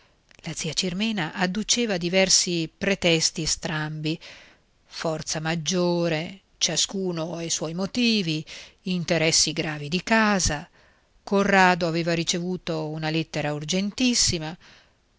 la zia cirmena adduceva diversi pretesti strambi forza maggiore ciascuno ha i suoi motivi interessi gravi di casa corrado aveva ricevuto una lettera urgentissima